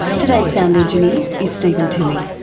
today's sound engineer is steven tilley,